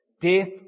Death